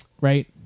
right